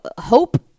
hope